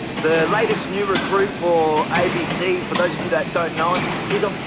the latest new recruit for abc. for those of you that don't know him, he's a